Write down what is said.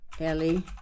ellie